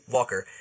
Walker